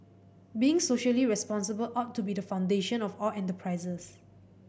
being socially responsible ought to be the foundation of all enterprises